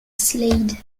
slade